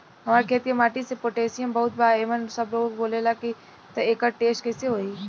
हमार खेत के माटी मे पोटासियम बहुत बा ऐसन सबलोग बोलेला त एकर टेस्ट कैसे होई?